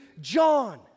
John